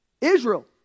Israel